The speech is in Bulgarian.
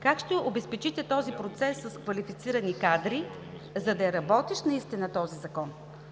Как ще обезпечите този процес с квалифицирани кадри, за да е работещ наистина този Закон?